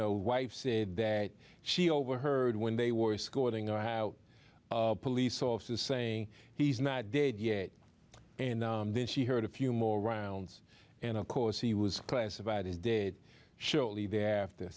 know wife said that she overheard when they were scolding or police officers saying he's not dead yet and then she heard a few more rounds and of course he was classified as dead shortly thereafter